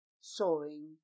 soaring